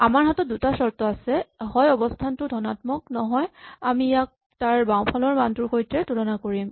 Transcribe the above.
আমাৰ হাতত দুটা চৰ্ত আছে হয় অৱস্হানটো ধণাত্মক নহয় আমি ইয়াক তাৰ বাওঁফালৰ মানটোৰ সৈতে তুলনা কৰিম